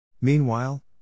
Meanwhile